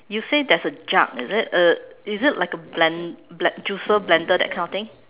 you say there's a jug is it uh is it like a blend~ ble~ juicer blender that kind of thing